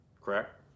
correct